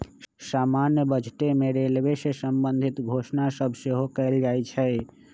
समान्य बजटे में रेलवे से संबंधित घोषणा सभ सेहो कएल जाइ छइ